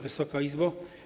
Wysoka Izbo!